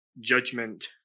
judgment